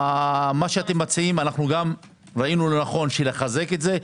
מה שאתם מציעים ראינו לנכון לחזק את זה.